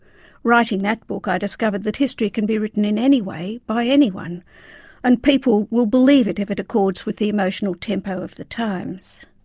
writing that book, i discovered that history can be written in any way by anyone and people will believe it if it accords with the emotional tempo of the times.